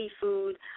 Seafood